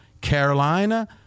Carolina